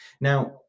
Now